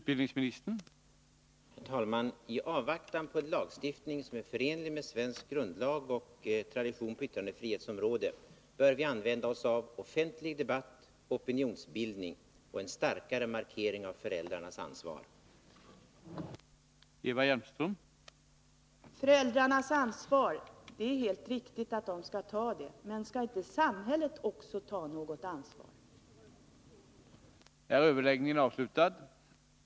Herr talman! I avvaktan på en lagstiftning som är förenlig med svensk Fredagen den grundlag och står i överensstämmelse med traditionen på yttrandefrihetsom 28 november 1980 rådet bör vi använda oss av offentlig debatt, opinionsbildning och en starkare markering av föräldrarnas ansvar. Om ett internatio